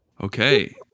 Okay